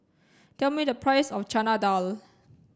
tell me the price of Chana Dal